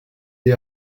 des